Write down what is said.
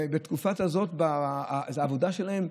בתקופה הזאת זאת העבודה שלהם,